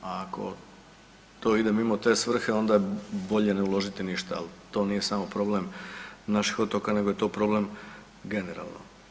A ako to ide mimo te svrhe onda bolje ne uložiti ništa, ali to nije samo problem naših otoka nego je to problem generalno.